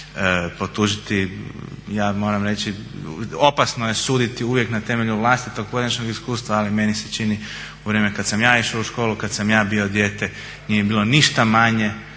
potužiti. Ja moram reći opasno je suditi uvijek na temelju vlastitog konačnog iskustva, ali meni se čini u vrijeme kad sam ja išao u školu, kad sam ja bio dijete nije bilo ništa manje